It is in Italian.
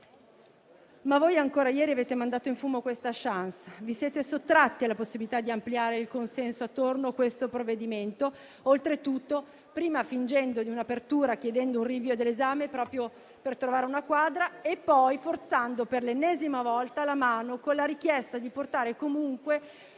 Paese, ma ieri avete mandato ancora in fumo questa *chance* e vi siete sottratti alla possibilità di ampliare il consenso intorno a questo provvedimento, oltretutto prima fingendo un'apertura, chiedendo un rinvio dell'esame proprio per trovare una quadra, e poi forzando per l'ennesima volta la mano, con la richiesta di portare comunque